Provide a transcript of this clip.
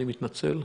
אני מתנצל.